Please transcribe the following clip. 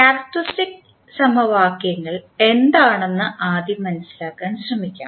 characteristic സമവാക്യങ്ങൾ എന്താണെന്ന് ആദ്യം മനസിലാക്കാൻ ശ്രമിക്കാം